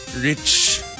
rich